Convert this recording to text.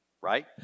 right